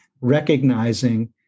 recognizing